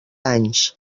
anys